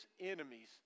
enemies